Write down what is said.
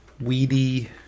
weedy